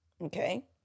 Okay